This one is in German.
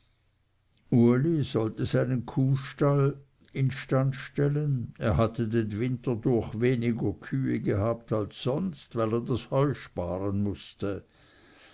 sollte seinen kuhstall instand stellen er hatte den winter durch weniger kühe gehabt als sonst weil er das heu sparen mußte